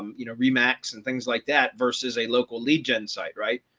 um you know, remax and things like that versus a local lead gen site. right.